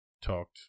talked